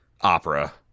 opera